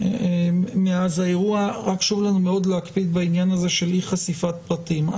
הגענו למטפלת פרטית בסופו של